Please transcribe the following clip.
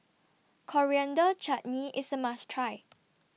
Coriander Chutney IS A must Try